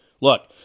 Look